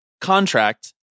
contract